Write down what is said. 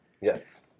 Yes